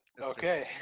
Okay